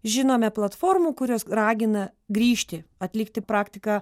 žinome platformų kurios ragina grįžti atlikti praktiką